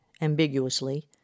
ambiguously